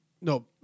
no